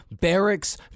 barracks